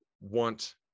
want